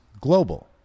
global